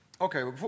Okay